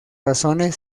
razones